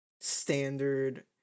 standard